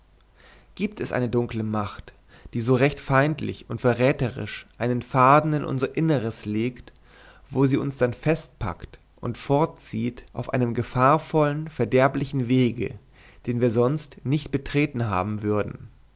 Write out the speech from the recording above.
gibt es eine dunkle macht die so recht feindlich und verräterisch einen faden in unser inneres legt woran sie uns dann festpackt und fortzieht auf einem gefahrvollen verderblichen wege den wir sonst nicht betreten haben würden